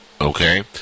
Okay